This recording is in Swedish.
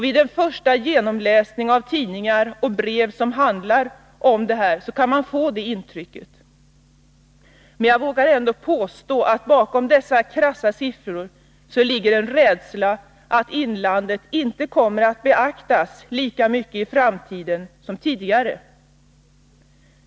Vid en första genomläsning av tidningar och brev som handlar om detta kan man få det intrycket. Men jag vågar ändå påstå att bakom dessa krassa siffror ligger en rädsla för att inlandet inte kommer att beaktas lika mycket i framtiden som tidigare.